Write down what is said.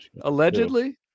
allegedly